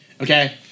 Okay